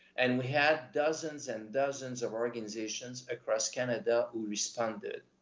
and we had dozens and dozens of organizations across canada who responded.